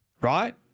right